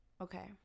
Okay